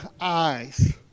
eyes